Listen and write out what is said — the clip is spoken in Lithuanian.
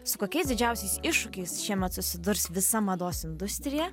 su kokiais didžiausiais iššūkiais šiemet susidurs visa mados industrija